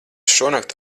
šonakt